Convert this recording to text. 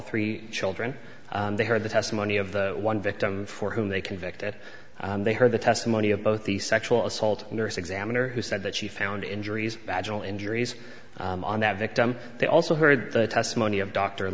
three children they heard the testimony of the one victim for whom they convicted they heard the testimony of both the sexual assault nurse examiner who said that she found injuries agile injuries on that victim they also heard the testimony of dr